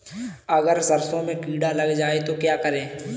अगर सरसों में कीड़ा लग जाए तो क्या करें?